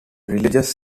religious